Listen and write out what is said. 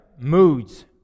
Moods